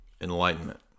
enlightenment